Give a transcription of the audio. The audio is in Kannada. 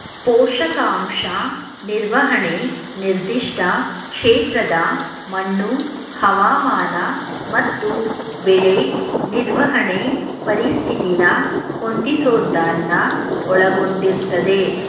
ಪೋಷಕಾಂಶ ನಿರ್ವಹಣೆ ನಿರ್ದಿಷ್ಟ ಕ್ಷೇತ್ರದ ಮಣ್ಣು ಹವಾಮಾನ ಮತ್ತು ಬೆಳೆ ನಿರ್ವಹಣೆ ಪರಿಸ್ಥಿತಿನ ಹೊಂದಿಸೋದನ್ನ ಒಳಗೊಂಡಿರ್ತದೆ